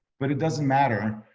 but it doesn't matter.